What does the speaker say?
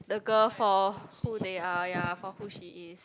the girl for who they are ya for who she is